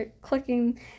clicking